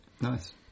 Nice